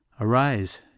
Arise